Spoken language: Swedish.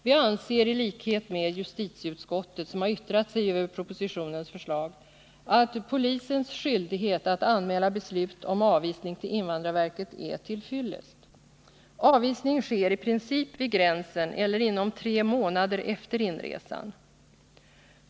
Vi anser i likhet med justitieutskottet, som har yttrat sig över propositionens förslag, att polisens skyldighet att anmäla beslut om avvisning till invandrarverket är till fyllest. Avvisning sker i princip vid gränsen eller inom tre månader efter inresan.